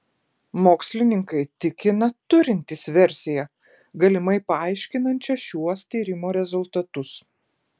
mokslininkai tikina turintys versiją galimai paaiškinančią šiuos tyrimo rezultatus